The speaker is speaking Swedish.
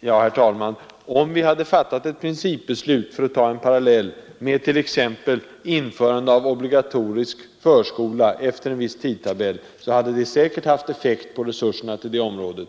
Jo, herr talman, om vi hade fattat ett principbeslut — för att ta en parallell — om införande av obligatorisk förskola efter en viss tidtabell hade det säkert haft effekt på resurserna till det området.